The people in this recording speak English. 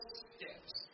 steps